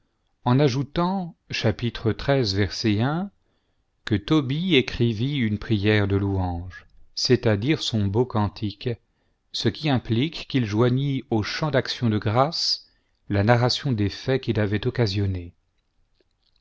en ajoutant xni que tobie écrivit une prière de louange c'est-à-dire son beau cantique ce qui implique qu'il joignit au chant d'action de grâces la narration des faits qui l'avaient occasionné